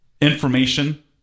information